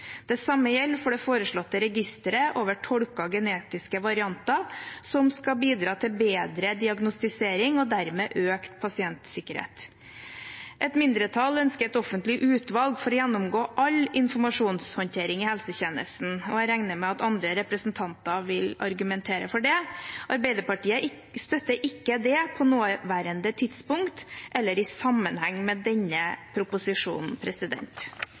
Det samme gjelder for det foreslåtte registeret over tolkede genetiske varianter, som skal bidra til bedre diagnostisering og dermed økt pasientsikkerhet. Et mindretall ønsker et offentlig utvalg for å gjennomgå all informasjonshåndtering i helsetjenesten, og jeg regner med at andre representanter vil argumentere for det. Arbeiderpartiet støtter ikke det på nåværende tidspunkt eller i sammenheng med denne proposisjonen.